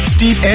Steve